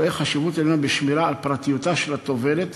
רואה חשיבות עליונה בשמירה על פרטיותה של הטובלת,